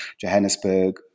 Johannesburg